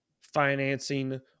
financing